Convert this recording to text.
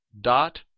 dot